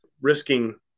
risking